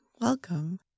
Welcome